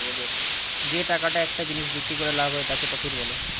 যে টাকাটা একটা জিনিস বিক্রি করে লাভ হয় তাকে প্রফিট বলে